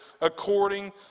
according